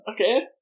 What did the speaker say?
Okay